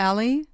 Ali